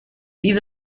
these